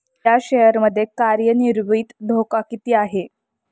या शेअर मध्ये कार्यान्वित धोका किती आहे?